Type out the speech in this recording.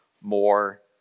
more